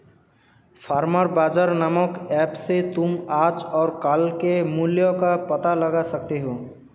farmer बाजार नामक app से तुम आज और कल के मूल्य का पता लगा सकते हो